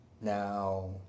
Now